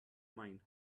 mind